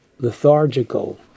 lethargical